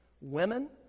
women